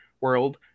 world